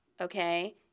okay